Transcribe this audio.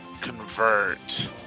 convert